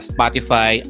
Spotify